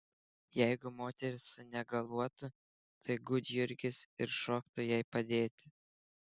jeigu moteris sunegaluotų tai gudjurgis ir šoktų jai padėti